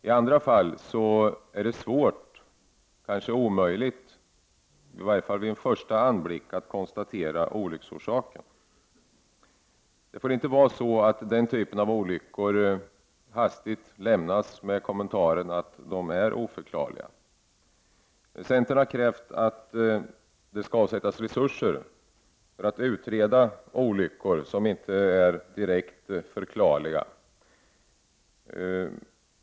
I andra fall är det svårt, kanske omöjligt, i varje fall vid en första anblick, att konstatera olycksorsaken. Det får inte vara så att den typen av olyckor hastigt lämnas med kommentaren att de är oförklarliga. Centern har krävt att det skall avsättas resurser för att utreda olyckor som inte är direkt förklarliga.